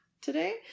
today